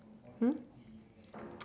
hmm